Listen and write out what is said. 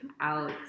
out